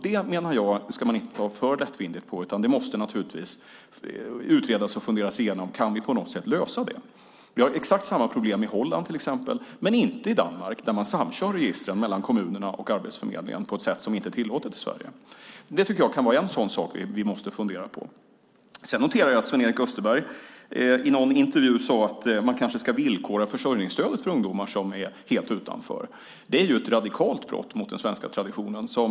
Det menar jag att man inte ska ta alltför lättvindigt på, utan det måste utredas och funderas igenom om vi på något sätt kan lösa det problemet. Vi har exakt samma problem till exempel i Holland men inte i Danmark där man samkör registren mellan kommunerna och arbetsförmedlingen på ett sätt som inte är tillåtet i Sverige. Det kan vara en sådan sak vi måste fundera på. Sedan noterar jag att Sven-Erik Österberg i någon intervju sade att man kanske ska villkora försörjningsstödet för ungdomar som står helt utanför. Det är ett radikalt brott mot den svenska traditionen.